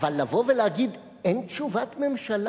אבל לבוא ולהגיד: אין תשובת ממשלה?